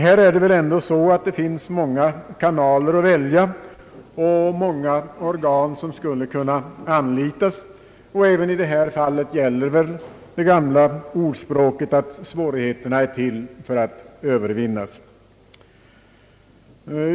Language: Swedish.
Här finns det väl många kanaler att välja på och många organ som skulle kunna anlitas, och även i detta fall gäller väl det gamla ordspråket att svårigheterna är till för att övervinnas.